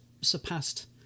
surpassed